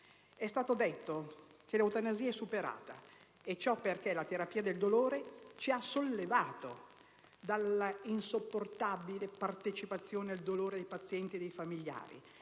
È stato detto che 1'eutanasia è superata e ciò perché la terapia del dolore ci ha sollevato dalla insopportabile partecipazione al dolore dei pazienti e dei familiari,